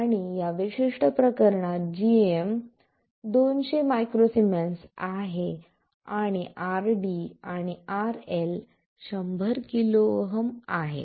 आणि या विशिष्ट प्रकरणात gm 200 µS आहे आणि RD आणि RL 100 KΩ आहे